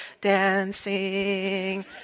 dancing